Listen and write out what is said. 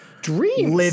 dreams